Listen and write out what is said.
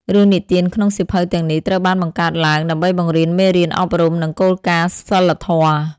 រឿងនិទានក្នុងសៀវភៅទាំងនេះត្រូវបានបង្កើតឡើងដើម្បីបង្រៀនមេរៀនអប់រំ និងគោលការណ៍សីលធម៌។